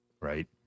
right